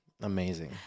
amazing